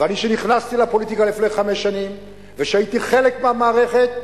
אני שנכנסתי לפוליטיקה לפני חמש שנים ושהייתי חלק מהמערכת,